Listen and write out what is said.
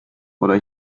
oder